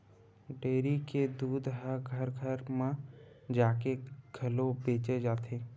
dairy के दूद ह घर घर म जाके घलो बेचे जाथे